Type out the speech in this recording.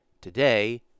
Today